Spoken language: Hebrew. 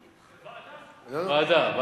לוועדה.